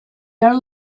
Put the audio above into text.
are